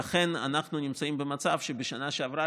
לכן אנחנו נמצאים במצב שבשנה שעברה,